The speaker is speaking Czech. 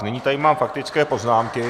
Nyní tady mám faktické poznámky.